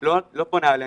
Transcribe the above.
לא פונה אלינו,